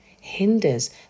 hinders